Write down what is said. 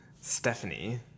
Stephanie